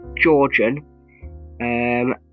Georgian